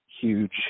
huge